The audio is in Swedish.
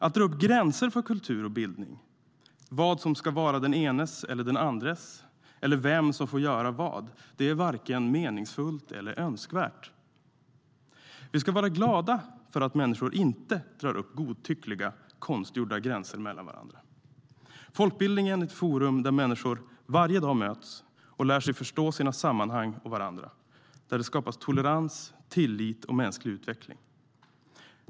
Att dra upp gränser för kultur och bildning - vad som ska vara den enes eller den andres, eller vem som får göra vad - är varken meningsfullt eller önskvärt. Vi ska vara glada för att människor inte drar upp godtyckliga, konstgjorda gränser mellan varandra. Folkbildningen är ett forum där människor varje dag möts och lär sig förstå sina sammanhang och varandra. Där skapas tolerans, tillit och mänsklig utveckling.